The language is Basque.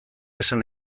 esan